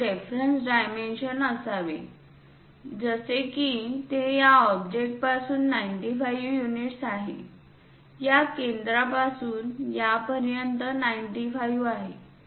येथे reference dimension असावे जसे की ते या ऑब्जेक्ट पासून 95 युनिट आहे या केंद्रापासून यापर्यंत 95 आहे